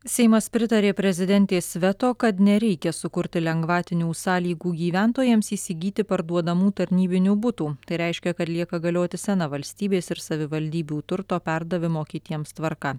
seimas pritarė prezidentės veto kad nereikia sukurti lengvatinių sąlygų gyventojams įsigyti parduodamų tarnybinių butų tai reiškia kad lieka galioti sena valstybės ir savivaldybių turto perdavimo kitiems tvarka